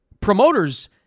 promoters